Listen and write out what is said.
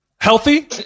healthy